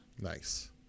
Nice